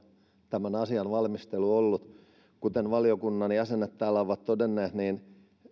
tämän asian valmistelu ollut kuten valiokunnan jäsenet täällä ovat todenneet niin